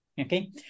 Okay